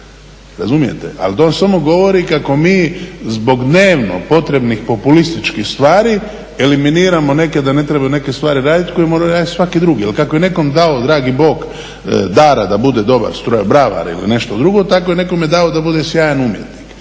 Razumijete, a to vam samo govori kako mi zbog dnevno potrebnih populističkih stvari eliminiramo neke da ne trebaju neke stvari raditi koje mora raditi svaki drugi. Jel kako je nekom dao dragi Bog dara da bude dobar strojobravar ili nešto drugo, tako je nekome dao da bude i sjajan umjetnik.